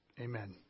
Amen